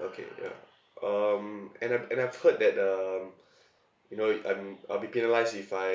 okay ya um and I've and I've heard that um you know i~ I'm I'll be penalised if I